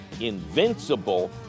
invincible